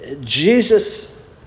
Jesus